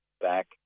back